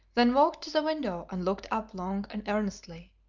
then walked to the window and looked up long and earnestly,